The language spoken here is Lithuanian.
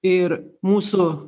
ir mūsų